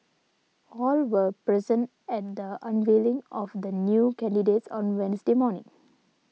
all were present at the unveiling of the new candidates on Wednesday morning